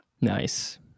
Nice